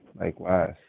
likewise